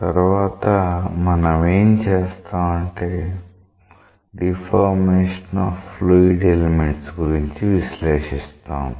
తర్వాత మనమేం చేస్తాం అంటే డిఫార్మేషన్ ఆఫ్ ఫ్లూయిడ్ ఎలిమెంట్స్ గురించి విశ్లేషిస్తాము